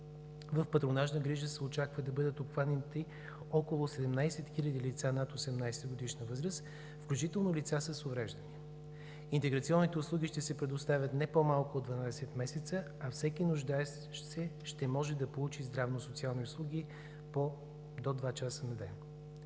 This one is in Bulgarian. В „Патронажна грижа“ се очаква да бъдат обхванати около 17 000 лица над 18-годишна възраст, включително лица с увреждания. Интеграционните услуги ще се предоставят не по-малко от 12 месеца, а всеки нуждаещ се ще може да получава здравно-социални услуги до 2 часа на ден.